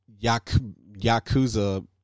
Yakuza